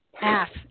ask